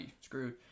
screwed